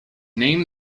name